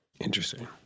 interesting